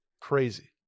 crazy